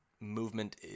movement